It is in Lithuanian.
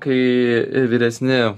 kai vyresni